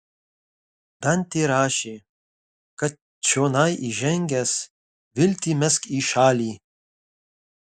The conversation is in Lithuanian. dantė rašė kad čionai įžengęs viltį mesk į šalį